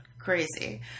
crazy